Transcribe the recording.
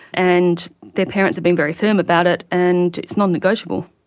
and their parents are being very firm about it and it's nonnegotiable.